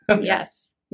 Yes